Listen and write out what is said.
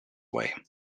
way